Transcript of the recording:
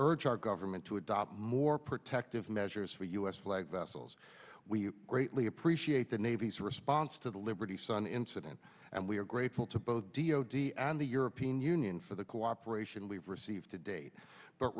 urge our government to adopt more protective measures for u s flag vessels we greatly appreciate the navy's response to the liberty sun incident and we are grateful to both d o d and the european union for the cooperation we've received to date but